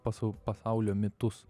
pasau pasaulio mitus